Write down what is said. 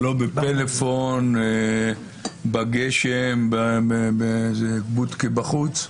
לא בפלאפון ולא בגשם באיזה בודקה בחוץ,